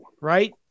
right